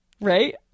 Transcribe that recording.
Right